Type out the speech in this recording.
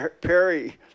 Perry